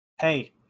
Hey